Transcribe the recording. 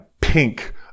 pink